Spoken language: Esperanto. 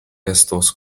estos